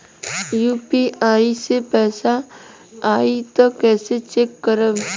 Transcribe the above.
UPI से पैसा आई त कइसे चेक खरब?